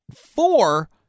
Four